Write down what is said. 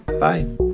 Bye